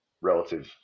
relative